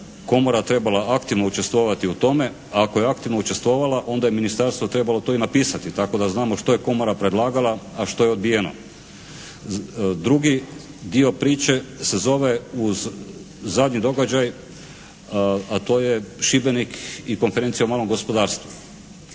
Komora trebala aktivno učestvovati u tome. Ako je aktivno učestvovala onda je ministarstvo trebalo to i napisati, tako da znamo što je Komora predlagala, a što je odbijeno. Drugi dio priče se zove uz zadnji događaj, a to je Šibenik i Konferencija o malom gospodarstvu.